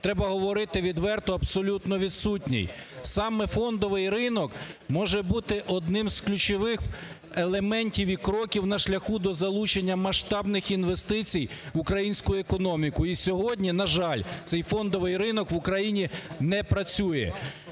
треба говорити відверто, абсолютно відсутній. Саме фондовий ринок може бути одним з ключовим елементів і кроків на шляху до залучення масштабних інвестицій в українську економіку, і сьогодні, на жаль цей фондовий ринок в Україні не працює.